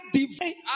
divine